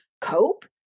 cope